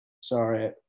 Sorry